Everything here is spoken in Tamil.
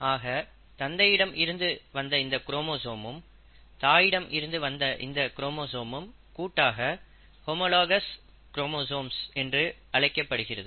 ஆக தந்தையிடம் இருந்து வந்த இந்த குரோமோசோமும் தாயிடம் இருந்து வந்த இந்த குரோமோசோமும் கூட்டாக ஹோமோலாகஸ் குரோமோசோம்ஸ் என்று அழைக்கப்படுகிறது